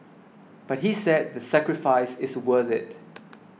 but he said the sacrifice is worth it